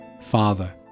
Father